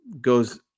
goes